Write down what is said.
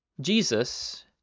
Jesus